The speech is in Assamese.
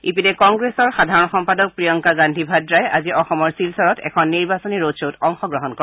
ইপিনে কংগ্ৰেছৰ সাধাৰণ সম্পাদক প্ৰিয়ংকা গান্ধী ভাদ্ৰাই আজি অসমৰ শিলচৰত এখন নিৰ্বাচনী ৰোড খত অংশগ্ৰহণ কৰে